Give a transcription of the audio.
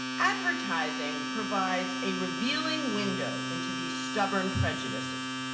advertising provides a revealing window into these stubborn prejudices.